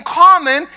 common